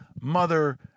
mother